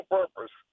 purpose